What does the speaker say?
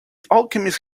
alchemist